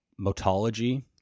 Motology